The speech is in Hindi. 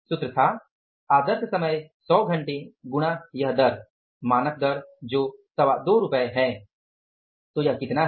सूत्र था आदर्श समय 100 घंटे गुणा यह दर मानक दर जो 225 है तो यह कितना है